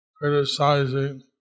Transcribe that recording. criticizing